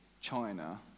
China